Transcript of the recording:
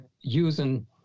using